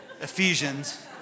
Ephesians